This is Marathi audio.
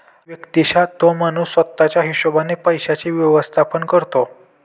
व्यक्तिशः तो माणूस स्वतः च्या हिशोबाने पैशांचे व्यवस्थापन करतो